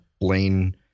Blaine